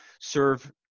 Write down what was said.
serve